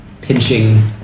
pinching